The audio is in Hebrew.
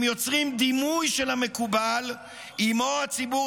הם יוצרים דימוי של המקובל שעימו הציבור